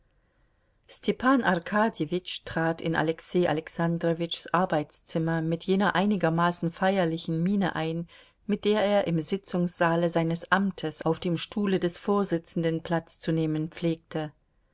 arkadjewitsch trat in alexei alexandrowitschs arbeitszimmer mit jener einigermaßen feierlichen miene ein mit der er im sitzungssaale seines amtes auf dem stuhle des vorsitzenden platz zu nehmen pflegte